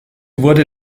wurde